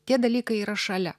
tie dalykai yra šalia